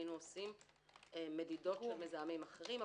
היינו עושים מדידות של מזהמים אחרים.